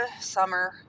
summer